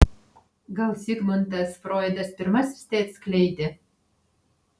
gal zigmundas froidas pirmasis tai atskleidė